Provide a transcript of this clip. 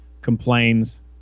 complains